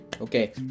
Okay